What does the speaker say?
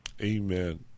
Amen